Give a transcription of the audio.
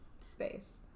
space